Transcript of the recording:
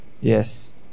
Yes